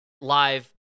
live